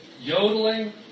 Yodeling